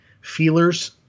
feelers